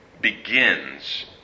begins